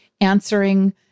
answering